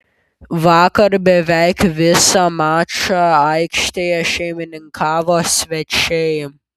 vakar beveik visą mačą aikštėje šeimininkavo svečiai